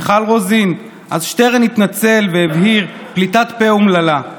מיכל רוזין: אז שטרן התנצל והבהיר: פליטת פה אומללה.